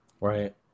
Right